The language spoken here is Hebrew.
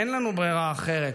אין לנו ברירה אחרת,